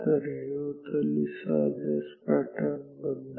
तर हे होतं लीसाजस पॅटर्न बद्दल